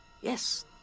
Yes